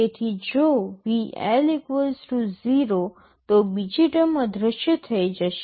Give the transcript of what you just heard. તેથી જો VL 0 તો બીજી ટર્મ અદૃશ્ય થઈ જશે